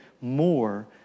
more